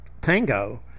tango